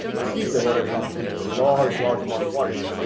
receives the water from large, large amount of watersheds.